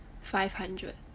five hundred